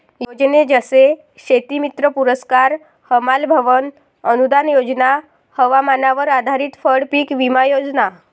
योजने जसे शेतीमित्र पुरस्कार, हमाल भवन अनूदान योजना, हवामानावर आधारित फळपीक विमा योजना